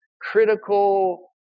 critical